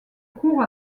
cours